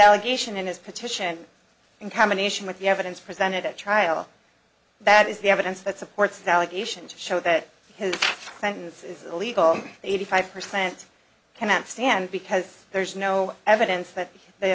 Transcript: allegation in his petition in combination with the evidence presented at trial that is the evidence that supports the allegation to show that his sentence is illegal eighty five percent cannot stand because there is no evidence that they